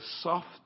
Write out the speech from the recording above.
soft